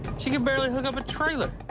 she can barely hook up a trailer.